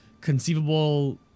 conceivable